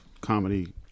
comedy